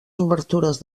obertures